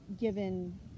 given